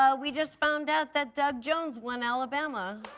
ah we just found out that doug jones won alabama